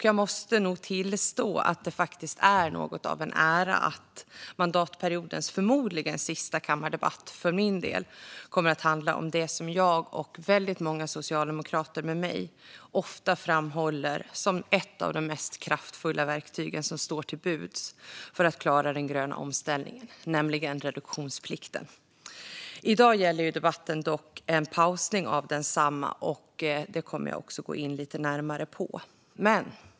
Jag måste nog tillstå att det faktiskt är något av en ära att mandatperiodens förmodligen sista kammardebatt för min del kommer att handla om det som jag och väldigt många socialdemokrater med mig ofta framhåller som ett av de mest kraftfulla verktyg som står till buds för att klara den gröna omställningen, nämligen reduktionsplikten. I dag gäller debatten dock en pausning av densamma, och det kommer jag också att gå in lite närmare på.